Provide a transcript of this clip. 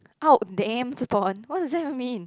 out damn spot what does that mean